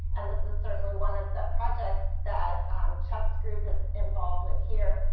and this is certainly one of the projects that chuck's group is involved with here.